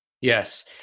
Yes